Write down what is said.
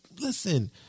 listen